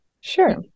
Sure